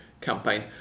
campaign